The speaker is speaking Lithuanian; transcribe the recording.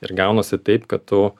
ir gaunasi taip kad tu